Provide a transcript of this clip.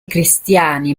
cristiani